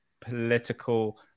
political